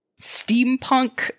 steampunk